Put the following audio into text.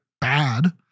bad